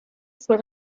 fue